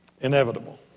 inevitable